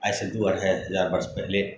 आइसँ दू अढ़ाई हजार वरष पहिले